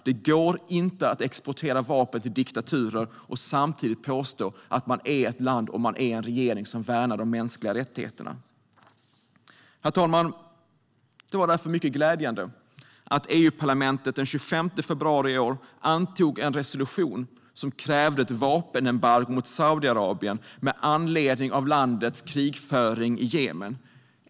Det går inte att exportera vapen till diktaturer och samtidigt påstå att man är ett land och en regering som värnar de mänskliga rättigheterna. Herr talman! Det var därför mycket glädjande att EU-parlamentet den 25 februari i år antog en resolution som kräver ett vapenembargo mot Saudiarabien med anledning av landets krigföring i Jemen.